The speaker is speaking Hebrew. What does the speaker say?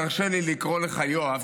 תרשה לי לקרוא לך יואב,